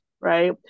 right